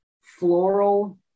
floral